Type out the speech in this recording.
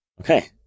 Okay